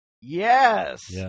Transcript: Yes